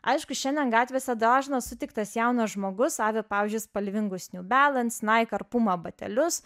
aišku šiandien gatvėse dažnas sutiktas jaunas žmogus avi pavyzdžiui spalvingus new balance nike ar puma batelius